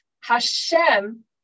Hashem